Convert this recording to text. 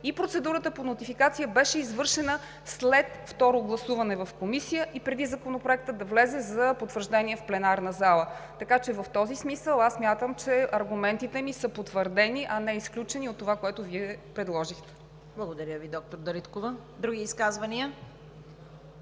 и процедурата по нотификация беше извършена след второ гласуване в Комисията и преди Законопроектът да влезе за потвърждение в пленарна зала. Така че в този смисъл аз смятам, че аргументите ми са потвърдени, а не изключени от това, което Вие предложихте. ПРЕДСЕДАТЕЛ ЦВЕТА КАРАЯНЧЕВА: Благодаря Ви, доктор Дариткова. Други изказвания?